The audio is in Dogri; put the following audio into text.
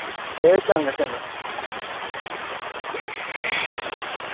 ए चंगा चंगा